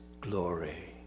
glory